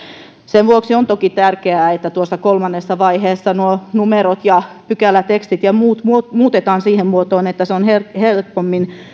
sen vuoksi on toki tärkeää että kolmannessa vaiheessa nuo numerot ja pykälätekstit ja muut muutetaan siihen muotoon että se on helpommin